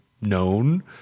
known